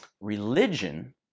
religion